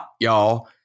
y'all